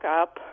up